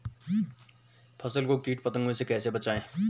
फसल को कीट पतंगों से कैसे बचाएं?